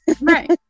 right